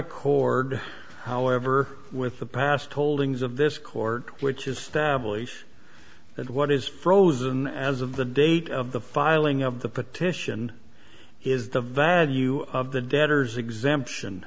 accord however with the past holdings of this court which is stablish that what is frozen as of the date of the filing of the petition is the value of the debtors exemption